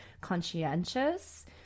conscientious